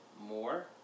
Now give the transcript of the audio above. more